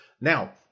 Now